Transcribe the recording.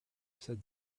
said